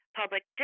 public